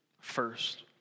first